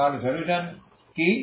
তাহলে সলিউশন কি